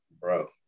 bro